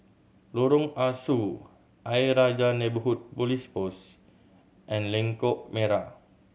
Lorong Ah Soo Ayer Rajah Neighbourhood Police Post and Lengkok Merak